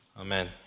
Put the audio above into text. Amen